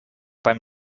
beim